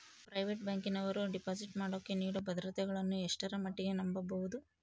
Private ಬ್ಯಾಂಕಿನವರು deposit ಮಾಡೋಕೆ ನೇಡೋ ಭದ್ರತೆಗಳನ್ನು ಎಷ್ಟರ ಮಟ್ಟಿಗೆ ನಂಬಬಹುದು?